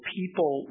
people